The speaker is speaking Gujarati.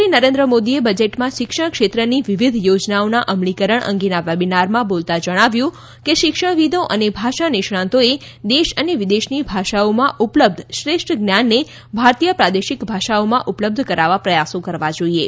પ્રધાનમંત્રી નરેન્દ્ર મોદીએ બજેટમાં શિક્ષણ ક્ષેત્રની વિવિધ યોજનાઓના અમલીકરણ અંગેના વેબિનારમાં બોલતાં જણાવ્યું હતું કે શિક્ષણ વિદો અને ભાષા નિષ્ણાંતોએ દેશ અને વિદેશની ભાષાઓમાં ઉપલબ્ધ શ્રેષ્ઠ જ્ઞાનને ભારતીય પ્રાદેશિક ભાષાઓમાં ઉપલબ્ધ કરાવવા પ્રયાસો કરવા જોઈએ